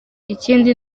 ikindi